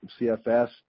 CFS